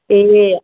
ए